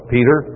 Peter